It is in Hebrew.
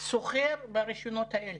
שסוחר ברישיונות האלה.